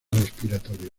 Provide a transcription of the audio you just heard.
respiratorio